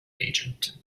agent